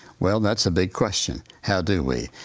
well, that's a big question. how do we?